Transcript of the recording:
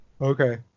okay